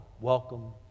welcome